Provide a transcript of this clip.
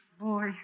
Boy